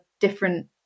different